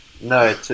no